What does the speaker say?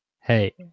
Hey